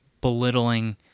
belittling